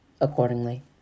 accordingly